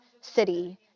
city